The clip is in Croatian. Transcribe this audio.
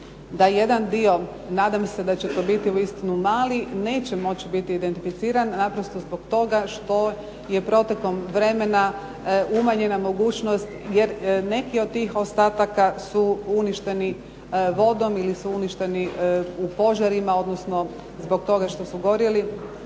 jedan dio, nadam se da će to biti uistinu mali, neće moći biti identificiran naprosto zbog toga što je protekom vremena umanjena mogućnost jer neki od tih ostataka su uništeni vodom ili su uništeni u požarima, odnosno zbog toga što su gorjeli,